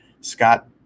Scott